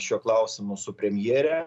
šiuo klausimu su premjere